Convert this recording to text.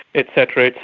et cetera,